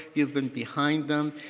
you've been behind them.